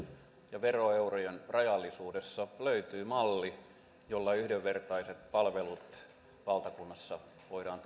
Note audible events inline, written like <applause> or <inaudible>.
ja veroeurot ovat rajalliset löytyy malli jolla yhdenvertaiset palvelut valtakunnassa voidaan <unintelligible>